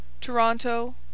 Toronto